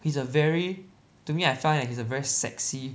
he's a very to me I find like he's a very sexy